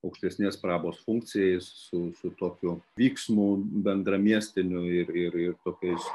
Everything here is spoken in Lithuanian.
aukštesnės prabos funkcijai su su tokiu vyksmu bendramiestiniu ir ir ir tokiais